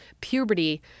puberty